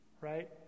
Right